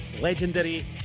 legendary